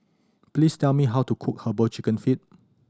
please tell me how to cook Herbal Chicken Feet